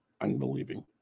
unbelieving